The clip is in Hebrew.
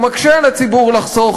הוא מקשה על הציבור לחסוך,